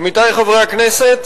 עמיתי חברי הכנסת,